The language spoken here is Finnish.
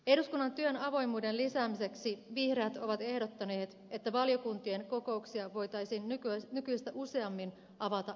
eduskunnan työn avoimuuden lisäämiseksi vihreät ovat ehdottaneet että valiokuntien kokouksia voitaisiin nykyistä useammin avata yleisölle